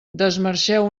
desmarxeu